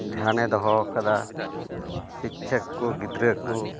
ᱫᱷᱮᱭᱟᱱ ᱮ ᱫᱚᱦᱚ ᱠᱟᱫᱟ ᱥᱤᱪᱪᱷᱟ ᱠᱚ ᱜᱤᱫᱽᱨᱟᱹ ᱠᱚ